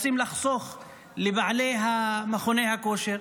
רוצים לחסוך לבעלי מכוני הכושר.